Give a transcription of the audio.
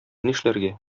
нишләргә